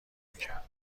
نمیکرد